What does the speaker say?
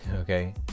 okay